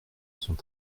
sont